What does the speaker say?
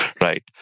right